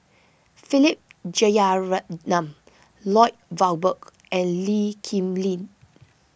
Philip Jeyaretnam Lloyd Valberg and Lee Kip Lin